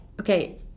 okay